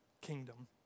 kingdom